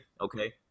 okay